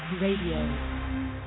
Radio